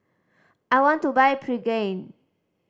I want to buy Pregain